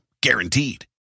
Guaranteed